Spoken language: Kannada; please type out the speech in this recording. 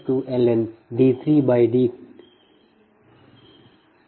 2ln Dn3D3 mHKm